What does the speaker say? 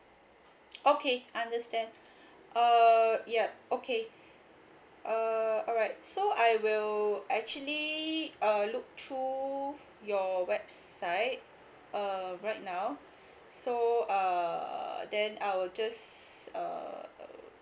okay understand uh ya okay uh alright so I will actually uh look through your website uh right now so err then I will just err